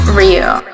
real